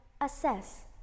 assess